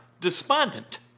despondent